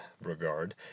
regard